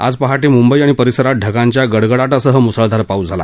आज पहाटे मुंबई आणि परिसरात ढगांच्या गडगडाटासह मुसळधार पाऊस झाला